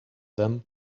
them